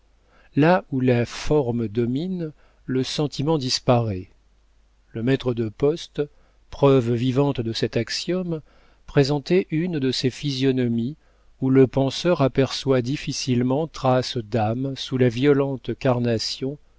là où la forme domine le sentiment disparaît le maître de poste preuve vivante de cet axiome présentait une de ces physionomies où le penseur aperçoit difficilement trace d'âme sous la violente carnation